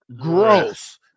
gross